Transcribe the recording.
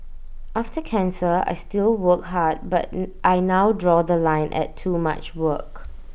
after cancer I still work hard but I now draw The Line at too much work